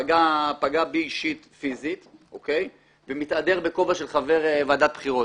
פגע בי אישית פיזית ומתהדר בכובע של חבר ועדת בחירות.